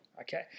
okay